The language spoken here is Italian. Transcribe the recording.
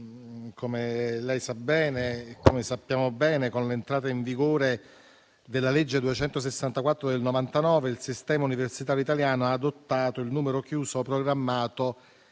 Ministro, come sappiamo bene, con l'entrata in vigore della legge n. 264 del 1999, il sistema universitario italiano ha adottato il numero chiuso programmato